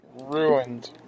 Ruined